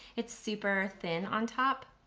it's super thin on top.